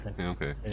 Okay